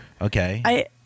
Okay